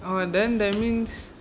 ah then that means